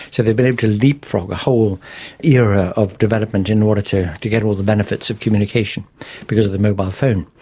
they've been able to leapfrog a whole era of development in order to to get all the benefits of communication because of the mobile phone.